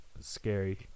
Scary